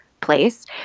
place